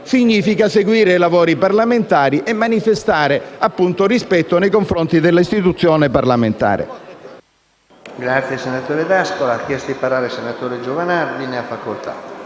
significa seguire i lavori parlamentari e manifestare rispetto nei confronti dell'istituzione parlamentare.